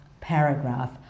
paragraph